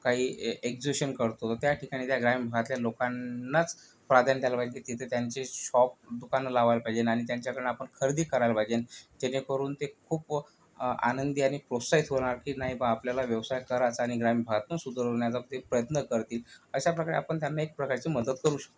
काही ए एक्झ्युशन करतो त्या ठिकाणी त्या ग्रामीण भागातल्या लोकांनाच प्राधान द्यायला लागते की तिथे त्यांचे शॉप दुकानं लावायला पायजेन आणि त्यांच्याकडनं आपण खरेदी करायला पायजेन जेणेकरून ते खूपं आनंदी आणि प्रोत्साहित होणार की नाही बा आपल्याला व्यवसाय करायचा आणि ग्रामीण भागातच सुधरवण्याचा ते प्रयत्न करतील अशाप्रकारे आपण त्यांना एक प्रकारची मदत करू शकतो